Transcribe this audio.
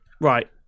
right